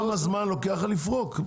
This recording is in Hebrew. כמה זמן לוקח לפרוק?